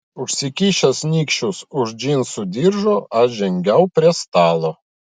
užsikišęs nykščius už džinsų diržo aš žengiau prie stalo